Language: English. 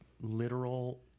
literal